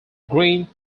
green